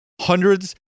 hundreds